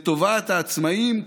חקיקת בזק לטובת העצמאים.